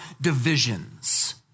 divisions